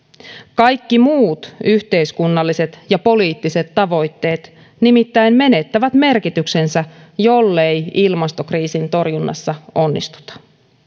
kaikki muut yhteiskunnalliset ja poliittiset tavoitteet nimittäin menettävät merkityksensä jollei ilmastokriisin torjunnassa onnistuta